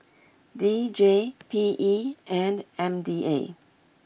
D J P E and M D A